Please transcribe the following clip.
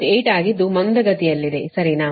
8 ಆಗಿದ್ದು ಮಂದಗತಿಯಲ್ಲಿದೆ ಸರಿನಾ